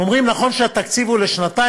הם אומרים: נכון שהתקציב הוא לשנתיים,